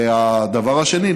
והדבר השני,